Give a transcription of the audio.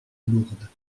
lourdes